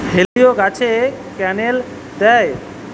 হেলিলিও গাছে ক্যানেল দেয়?